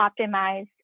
optimize